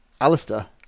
Alistair